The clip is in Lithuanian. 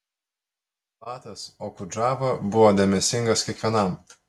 bulatas okudžava buvo dėmesingas kiekvienam